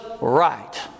right